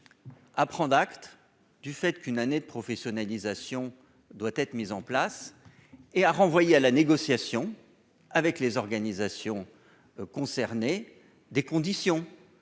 à prendre acte du fait qu'une année de professionnalisation doit être mise en place et a renvoyé à la négociation avec les organisations concernées, des conditions